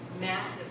massive